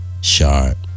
sharp